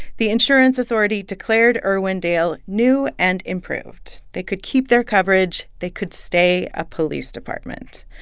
the insurance authority declared irwindale new and improved. they could keep their coverage. they could stay a police department.